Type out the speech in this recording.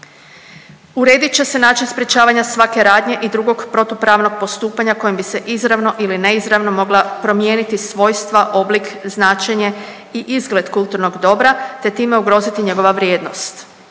Uredit će se način sprječavanja svake radnje i drugog protupravnog postupanja kojim bi se izravno ili neizravno mogla promijeniti svojstva, oblik, značenje i izgled kulturnog dobra te time ugroziti njegova vrijednost.